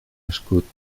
escut